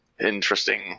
interesting